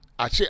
Ache